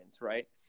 right